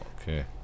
Okay